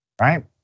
right